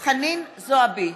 חנין זועבי,